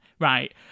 right